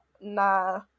nah